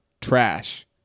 Trash